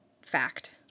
fact